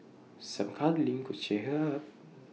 some cuddling could cheer her up